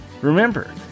Remember